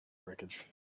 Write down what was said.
wreckage